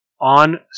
on